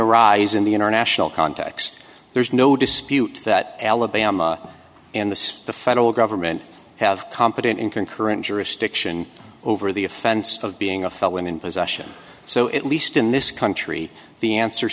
arise in the international context there's no dispute that alabama and this the federal government have competent in concurrent jurisdiction over the offense of being a felon in possession so it least in this country the answer